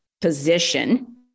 position